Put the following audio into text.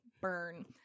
Burn